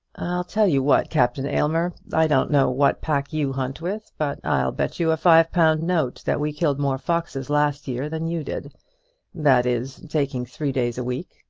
i'll tell you what, captain aylmer i don't know what pack you hunt with, but i'll bet you a five-pound note that we killed more foxes last year than you did that is, taking three days a week.